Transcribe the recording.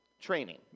training